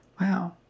Wow